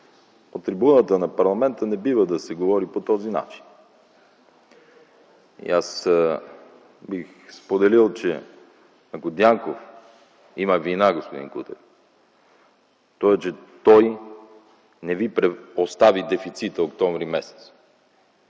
от трибуната на парламента не бива да се говори по този начин. Бих споделил, че ако Дянков има вина, господин Кутев, то е, че той не ви остави дефицита октомври месец.